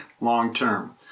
long-term